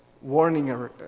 warning